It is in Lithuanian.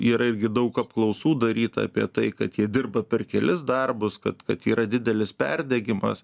yra irgi daug apklausų daryta apie tai kad jie dirba per kelis darbus kad kad yra didelis perdegimas